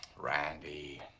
randy.